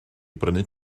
brynu